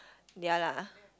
ya lah